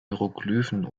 hieroglyphen